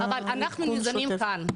אנחנו מעודכנים כאן,